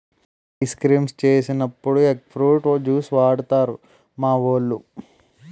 ice creams చేసినప్పుడు egg fruit juice వాడుతారు మావోలు